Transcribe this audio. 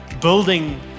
building